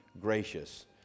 gracious